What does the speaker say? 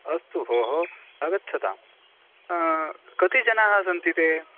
अस्तु भोः आगच्छतां कति जनाः सन्ति ते